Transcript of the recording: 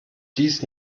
dies